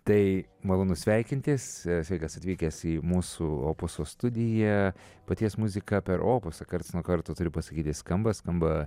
tai malonu sveikintis sveikas atvykęs į mūsų opuso studiją paties muzika per opusą karts nuo karto turiu pasakyti skamba skamba